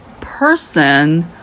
person